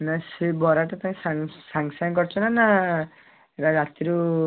ନା ସେଇ ବରାଟା ତୁମେ ସାଙ୍ଗେ ସାଙ୍ଗେ କରିଛନା ସେଇଟା ରାତିରୁ